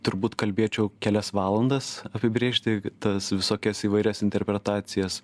turbūt kalbėčiau kelias valandas apibrėžti tas visokias įvairias interpretacijas